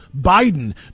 Biden